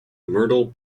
myrtle